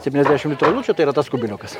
septyniasdešimt litrų alučio tai yra tas kubiliukas